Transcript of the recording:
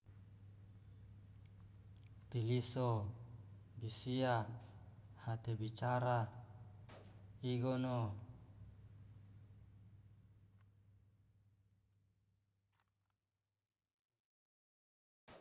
Tiliso bisia hate bicara igono